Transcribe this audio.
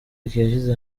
yashyize